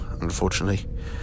unfortunately